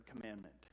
commandment